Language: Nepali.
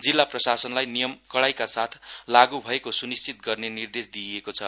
जिल्ला प्रशासनलाई नियम कडाइका साथ लागू भएको सुनिश्चित गर्ने निर्देश दिइएको छ